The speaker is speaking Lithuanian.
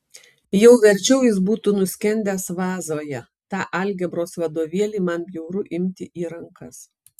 jau verčiau jis būtų nuskendęs vazoje tą algebros vadovėlį man bjauru imti į rankas